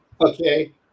okay